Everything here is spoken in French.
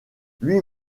lui